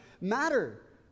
matter